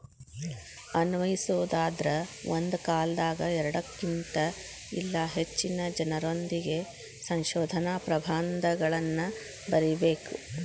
ಅನ್ವಯಿಸೊದಾದ್ರ ಒಂದ ಕಾಲದಾಗ ಎರಡಕ್ಕಿನ್ತ ಇಲ್ಲಾ ಹೆಚ್ಚಿನ ಜನರೊಂದಿಗೆ ಸಂಶೋಧನಾ ಪ್ರಬಂಧಗಳನ್ನ ಬರಿಬೇಕ್